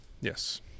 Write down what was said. Yes